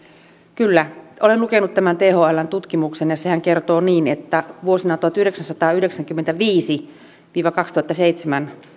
kyllä olen lukenut tämän thln tutkimuksen ja sehän kertoo niin että vuosina tuhatyhdeksänsataayhdeksänkymmentäviisi viiva kaksituhattaseitsemän